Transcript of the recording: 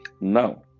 Now